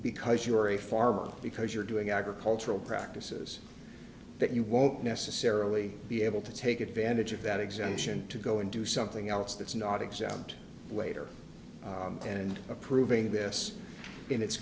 because you're a farmer because you're doing agricultural practices that you won't necessarily be able to take advantage of that exemption to go into something else that's not exempt later and approving this in its